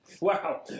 Wow